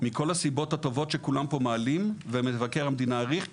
מכל הסיבות הטובות שכולם פה מעלים ומבקר המדינה העריך,